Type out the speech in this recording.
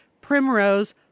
primrose